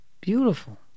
Beautiful